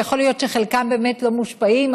ויכול להיות שחלקם באמת לא מושפעים,